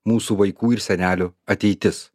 mūsų vaikų ir senelių ateitis